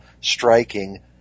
striking